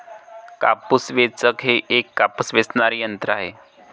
कापूस वेचक हे एक कापूस वेचणारे यंत्र आहे